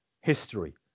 History